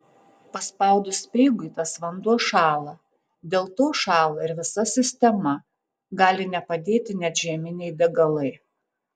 paspaudus speigui tas vanduo šąla dėl to šąla ir visa sistema gali nepadėti net žieminiai degalai